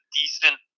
decent